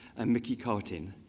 and mickey cartin.